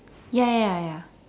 ya ya ya ya ya